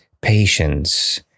patience